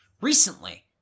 recently